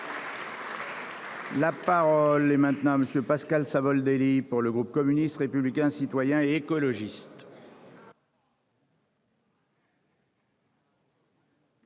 La parole est à M. Pascal Savoldelli, pour le groupe communiste républicain citoyen et écologiste.